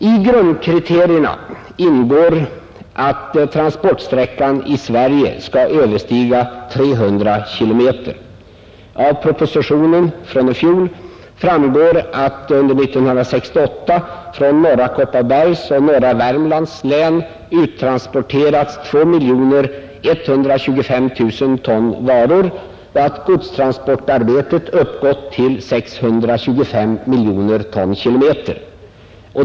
I grundkriterierna ingår att transportsträckan i Sverige skall överstiga 300 km. Av propositionen från i fjol framgår att under 1968 från norra Kopparbergs och norra Värmlands län uttransporterats 2 125 000 ton varor och att godstransportarbetet uppgått till 625 miljoner tonkm.